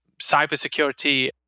cybersecurity